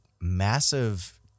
massive